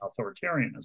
authoritarianism